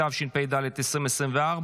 התשפ"ד 2024,